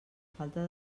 falta